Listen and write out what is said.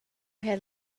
had